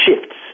shifts